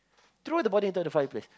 throw the body into the fireplace